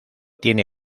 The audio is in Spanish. tiene